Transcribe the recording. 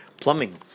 Plumbing